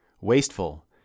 wasteful